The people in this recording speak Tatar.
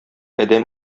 адәм